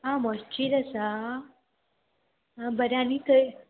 आं मशजीद आसा आं बरें आनी थंय